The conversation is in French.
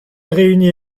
réunit